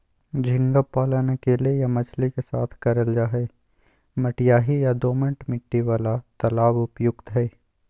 झींगा पालन अकेले या मछली के साथ करल जा हई, मटियाही या दोमट मिट्टी वाला तालाब उपयुक्त हई